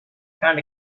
found